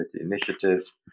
initiatives